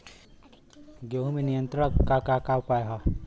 गेहूँ में कीट नियंत्रण क का का उपाय ह?